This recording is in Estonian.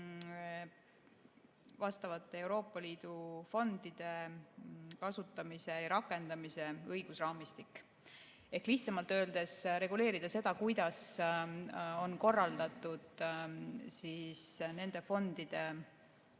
vastavate Euroopa Liidu fondide kasutamise ja rakendamise õigusraamistik ehk lihtsamalt öeldes reguleerida seda, kuidas on korraldatud nende fondide